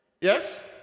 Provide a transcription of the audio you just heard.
yes